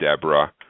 Deborah